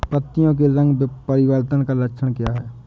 पत्तियों के रंग परिवर्तन का लक्षण क्या है?